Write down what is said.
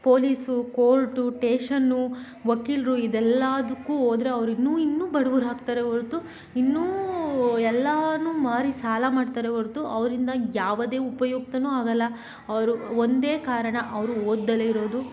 police court station ವಕೀಲರು ಇದೆಲ್ಲಾದಕ್ಕೂ ಹೋದ್ರೆ ಅವ್ರು ಇನ್ನೂ ಇನ್ನೂ ಬಡವರಾಗ್ತಾರೆ ಹೊರ್ತು ಇನ್ನೂ ಎಲ್ಲಾ ಮಾರಿ ಸಾಲ ಮಾಡ್ತಾರೆ ಹೊರ್ತು ಅವರಿಂದ ಯಾವುದೇ ಉಪಯುಕ್ತನೂ ಆಗೋಲ್ಲ ಅವರು ಒಂದೇ ಕಾರಣ ಅವರು ಓದ್ದಲೇ ಇರೋದು